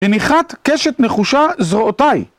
הניחת קשת נחושה זרועותי.